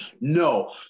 no